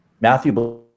Matthew